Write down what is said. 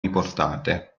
riportate